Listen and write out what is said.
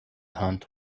hunt